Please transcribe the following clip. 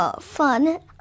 fun